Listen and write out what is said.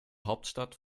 hauptstadt